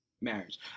marriage